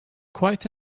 quite